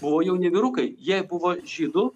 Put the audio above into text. buvo jauni vyrukai jie buvo žydų